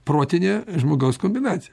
protinė žmogaus kombinacija